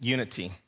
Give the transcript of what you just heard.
Unity